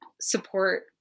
support